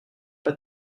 pas